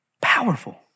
Powerful